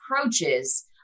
approaches